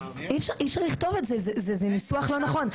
אי אפשר לכתוב את זה, זה ניסוח לא נכון.